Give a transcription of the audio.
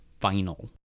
vinyl